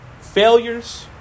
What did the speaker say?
failures